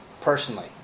Personally